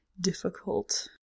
difficult